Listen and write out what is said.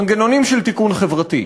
מנגנונים של תיקון חברתי.